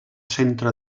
centre